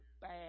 bad